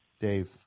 Dave